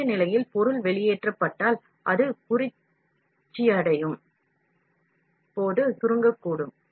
உருகிய நிலையில் பொருள் வெளியேற்றப்பட்டால் அது குளிர்ச்சியடையும் போது சுருங்கக்கூடும்